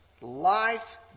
life